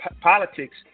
politics